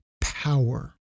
power